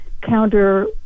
counter